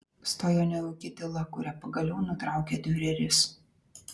stojo nejauki tyla kurią pagaliau nutraukė diureris